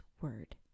word